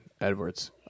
Edwards